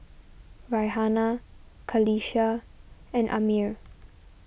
Raihana Qalisha and Ammir